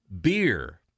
beer